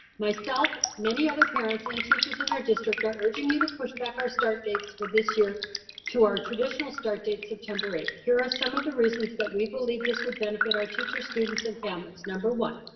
myself, many other parents and teachers in our district are urging you to push back our start dates for this year to our traditional start date september eighth. here are some of the reasons that we believe this would benefit our teachers, students, and families. number one,